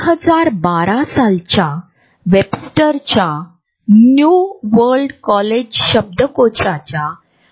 खेळ हाएक अपवाद आहे कारण जवळचा शारीरिक संपर्कबॉक्सिंगमध्ये किंवा कुस्तीमध्ये शारीरिक संपर्क सक्तीचा आहे